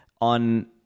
on